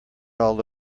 all